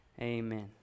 amen